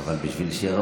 אבל בשביל שראוי,